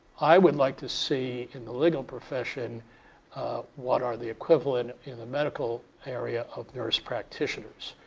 i would like to see in the legal profession what are the equivalent in the medical area of nurse practitioners.